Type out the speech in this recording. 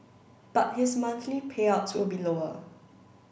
but his monthly payouts will be lower